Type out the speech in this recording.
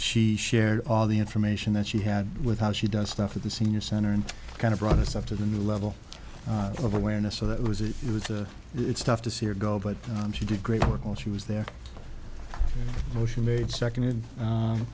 she shared all the information that she had with how she does stuff at the senior center and kind of brought us up to the new level of awareness so that was it was a it's tough to see her go but she did great work while she was there oh she made second